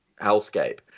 hellscape